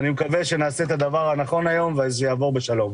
ומקווה שנעשה היום את הדבר הנכון ושיעבור לשלום.